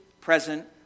present